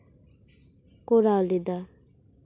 ᱠᱚᱨᱟᱣ ᱞᱮᱫᱟ